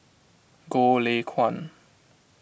Goh Lay Kuan